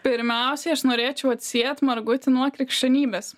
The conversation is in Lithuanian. pirmiausiai aš norėčiau atsiet margutį nuo krikščionybės